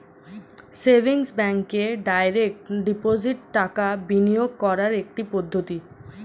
savings ব্যাঙ্কে direct deposit টাকা বিনিয়োগ করার একটি পদ্ধতি